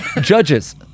Judges